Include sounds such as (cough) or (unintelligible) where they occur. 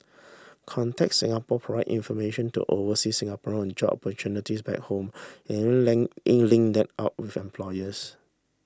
contact Singapore provide information to overseas Singaporean on job opportunities back home and (unintelligible) link them up with employers